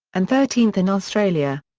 and thirteenth in australia.